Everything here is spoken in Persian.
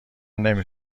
نمی